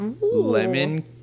Lemon